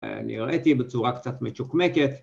‫אני ראיתי בצורה קצת מצ'וקמקת.